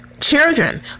Children